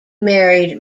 married